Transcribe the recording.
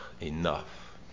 enough